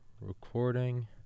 recording